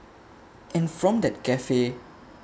and from that cafe